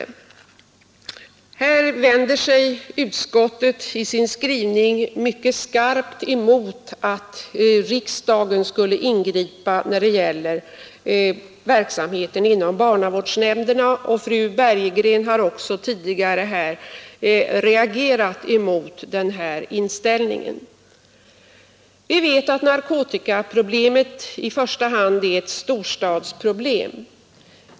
På den punkt som reservationen avser vänder sig utskottet i sin skrivning mycket skarpt mot att riksdagen skulle ingripa när det gäller barnavårdsnämndernas verksamhet, och fröken Bergegren har tidigare reagerat mot den inställning som reservanterna gör sig till talesmän för. Vi vet att narkotikaproblemet i första hand är ett storstadsproblem.